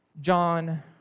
John